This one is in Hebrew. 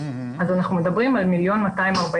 אז אנחנו מדברים על 1,248,312